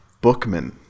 Bookman